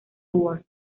worth